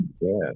yes